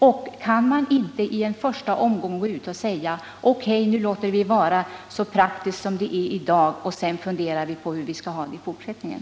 Och kan man inte i en första omgång gå ut och säga: O. K., nu låter vi det vara så praktiskt som det är i dag och sedan funderar vi på hur vi skall ha det i fortsättningen.